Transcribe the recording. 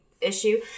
issue